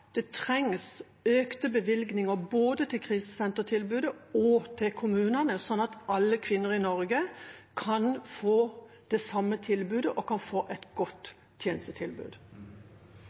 det trengs økte bevilgninger til både krisesentre og kommunene, slik at alle kvinner i Norge kan få det samme tilbudet, og kan få et godt tjenestetilbud?